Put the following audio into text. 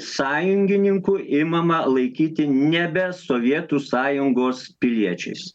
sąjungininkų imama laikyti nebe sovietų sąjungos piliečiais